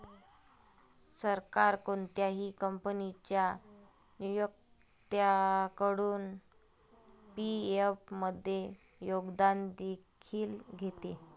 सरकार कोणत्याही कंपनीच्या नियोक्त्याकडून पी.एफ मध्ये योगदान देखील घेते